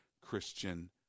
Christian